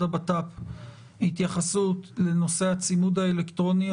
הבט"פ התייחסות לנושא הצימוד האלקטרוני,